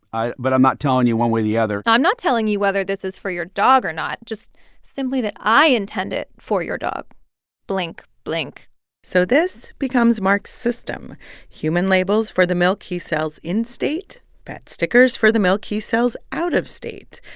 but i'm not telling you one way or the other i'm not telling you whether this is for your dog or not, just simply that i intend it for your dog blink, blink so this becomes mark's system human labels for the milk he sells in state, pet stickers for the milk he sells out of state.